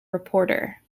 reporter